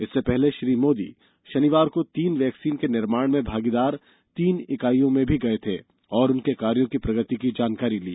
इससे पहले श्री मोदी शनिवार को तीन वैक्सीन के निर्माण में भागीदार तीन इकाइयों में भी गए थे और उनके कार्य की प्रगति की जानकारी ली